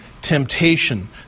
temptation